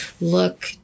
look